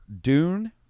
Dune